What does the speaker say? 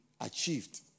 achieved